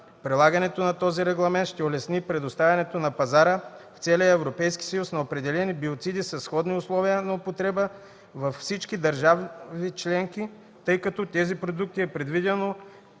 Прилагането на този регламент ще улесни предоставянето на пазара в целия Европейски съюз на определени биоциди със сходни условия на употреба във всички държави членки, тъй като за тези продукти е предвидено